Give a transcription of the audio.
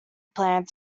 planned